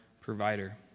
provider